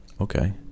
Okay